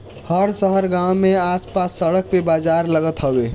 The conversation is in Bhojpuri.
हर शहर गांव में आस पास सड़क पे बाजार लागत हवे